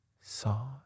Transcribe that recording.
saw